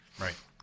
right